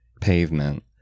pavement